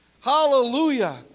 hallelujah